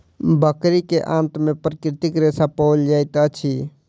बकरी के आंत में प्राकृतिक रेशा पाओल जाइत अछि